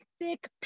thick